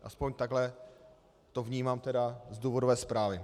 Aspoň takhle to vnímám z důvodové zprávy.